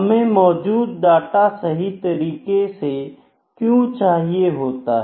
हमें मौजूद डाटा सही तरीके से क्यों चाहिए होता है